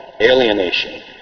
alienation